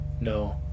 No